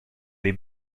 les